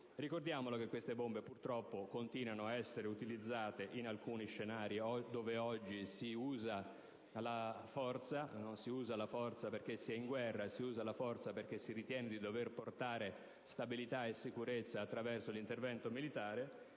Ricordiamo che queste bombe continuano purtroppo a essere utilizzate in alcuni scenari dove oggi si usa la forza, e non perché si è in guerra, ma perché si ritiene di dover portare stabilità e sicurezza attraverso l'intervento militare.